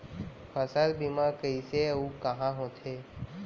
फसल बीमा कइसे अऊ कहाँ होथे?